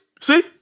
See